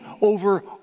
over